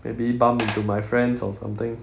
maybe bump into my friends or something